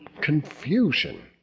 confusion